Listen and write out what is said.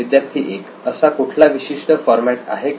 विद्यार्थी 1 असा कुठला विशिष्ट फॉरमॅट आहे का